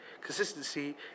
Consistency